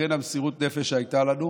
ולכן מסירות הנפש שהייתה לנו,